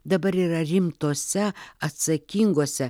dabar yra rimtose atsakingose